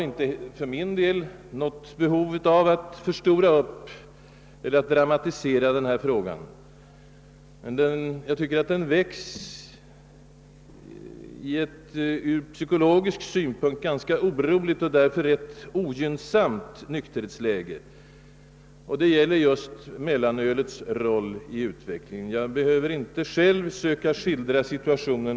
Inte heller jag har något behov av att förstora upp eller dramatisera denna fråga, men jag tycker att den väcks i ett ur psykologisk synpunkt ganska oroligt och därför rätt ogynnsamt nykierhetsläge. Det gäller just mellanölets roll i utvecklingen. Jag behöver inte själv söka skildra: situationen.